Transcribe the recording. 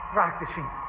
Practicing